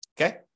Okay